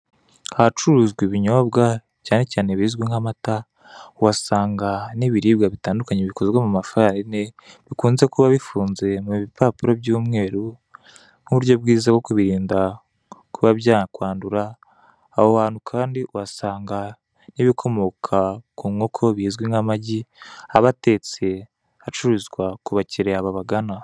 Ahacururizwa ibinyobwa cyane cyane ibizwi nk'amata, uhasanga n'ibiribwa bitandukabye bikoze mu mafarini, bikunze kuba bifunze mu bipapuro by'umweru nk'uburyo bwiza bwo kubirinda kuba byakwandur, aho hantu kandi uhasanga n'ibikomoka ku nkoko bizwi nk'amagi, aba atetse acururizwa ku bakiliya babagana.